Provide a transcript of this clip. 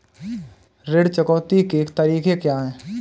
ऋण चुकौती के तरीके क्या हैं?